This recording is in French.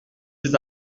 cet